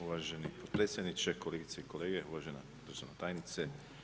Uvaženi potpredsjedniče, kolegice i kolege, uvažena državna tajnice.